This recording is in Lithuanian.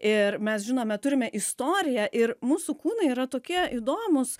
ir mes žinome turime istoriją ir mūsų kūnai yra tokie įdomūs